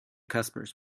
customers